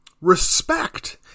respect